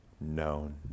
known